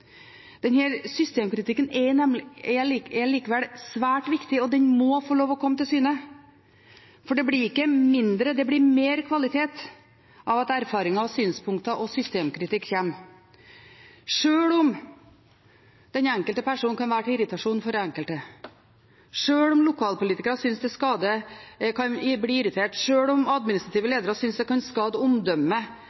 Systemkritikken er likevel svært viktig, og den må få lov til å komme til syne, for det blir ikke mindre, men mer kvalitet av at erfaringer, synspunkter og systemkritikk kommer fram. Sjøl om den enkelte person kan være til irritasjon for enkelte, sjøl om lokalpolitikere kan bli irriterte, sjøl om administrative ledere synes at det kan skade skoleadministrasjonens omdømme, og sjøl om